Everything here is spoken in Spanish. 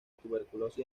tuberculosis